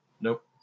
Nope